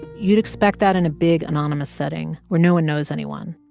you'd expect that in a big, anonymous setting where no one knows anyone.